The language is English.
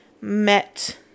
met